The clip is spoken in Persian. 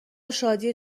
شادی